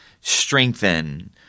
strengthen –